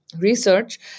research